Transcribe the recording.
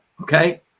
Okay